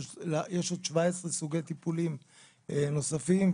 ויש עוד 17 סוגי טיפולים נוספים,